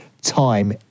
time